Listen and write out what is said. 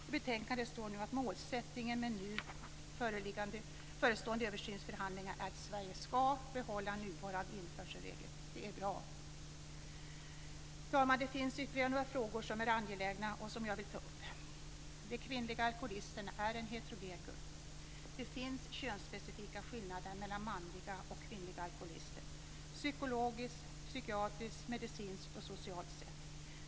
I betänkandet framgår att målsättningen med nu förestående översynsförhandlingar är att Sverige ska behålla nuvarande införselregler. Det är bra! Herr talman! Det finns ytterligare några angelägna frågor som jag vill ta upp. De kvinnliga alkoholisterna är en heterogen grupp. Det finns könsspecifika skillnader mellan manliga och kvinnliga alkoholister - psykologiskt, psykiatriskt, medicinskt och socialt sett.